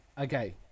Okay